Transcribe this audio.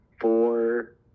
four